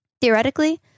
Theoretically